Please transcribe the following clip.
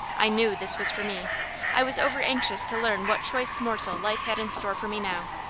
i knew this was for me i was over-anxious to learn what choice morsel life had in store for me now.